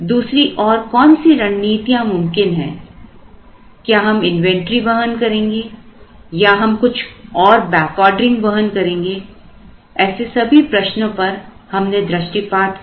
दूसरी और कौन सी रणनीतियां मुमकिन है क्या हम इन्वेंटरी वहन करेंगे या हम कुछ और बैकऑर्डरिंग वहन करेंगे ऐसे सभी प्रश्नों पर हमने दृष्टिपात किया